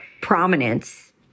prominence